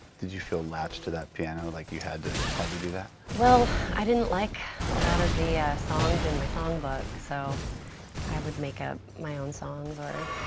did you feel latched to that piano like you had to had to do that? well, i didn't like a lot of the songs in my songbook. so i would make up my own songs or,